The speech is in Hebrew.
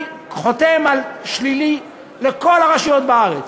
אני חותם על "שלילי" לכל הרשויות בארץ.